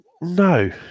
no